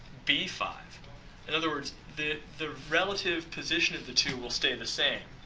b five in other words, the the relative position of the two will stay the same.